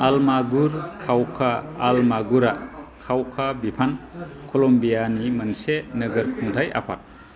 आलमागुर खावखा आलमागुरा खावखा बिफान कलम्बियानि मोनसे नोगोर खुंथाय आफाद